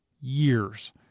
Years